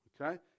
okay